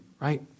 right